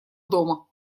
дома